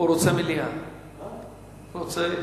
מה הוא רוצה?